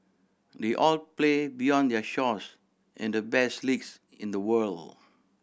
they all play beyond their shores in the best leagues in the world